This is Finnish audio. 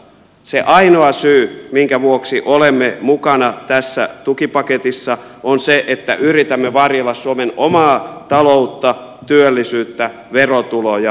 se ainoa syy minkä vuoksi olemme mukana tässä tukipaketissa on se että yritämme varjella suomen omaa taloutta työllisyyttä verotuloja hyvinvointiyhteiskuntaamme